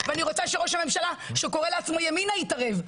ואני רוצה שראש הממשלה שקורא לעצמו ימינה יתערב.